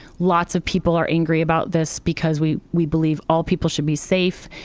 lots of people are angry about this because we we believe all people should be safe.